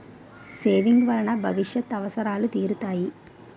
saving వలన భవిష్యత్ అవసరాలు తీరుతాయి